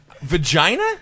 Vagina